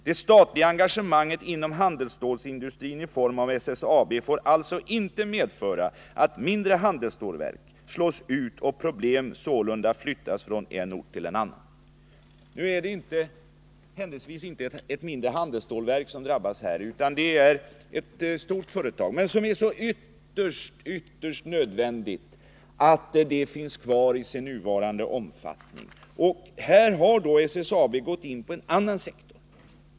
Det statliga engagemanget inom handelsstålsindustrin i form av SSAB får alltså inte medföra att mindre handelsstålverk slås ut och problem sålunda flyttas från en ort till en annan. Nu är det händelsevis inte ett mindre handelsstålverk som drabbas här, utan det är fråga om ett stort stålföretag. Men det är ytterst nödvändigt att detta företag finns kvar i sin nuvarande omfattning. Här har då SSAB gått in på en annan sektor.